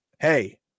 Hey